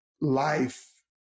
life